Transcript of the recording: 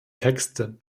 texte